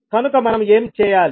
కనుక మనము ఏం చేయాలి